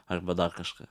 arba dar kažką